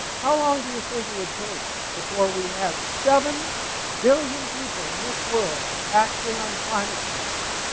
how long do you think it would take before we had seven billion people in this world acting on climate change?